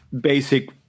basic